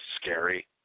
scary